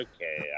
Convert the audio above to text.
Okay